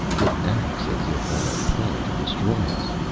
it acts as if on a plan to destroy us!